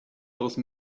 those